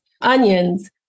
onions